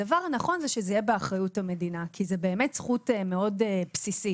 הדבר הנכון הוא שזה יהיה באחריות המדינה כי זו באמת זכות מאוד בסיסית.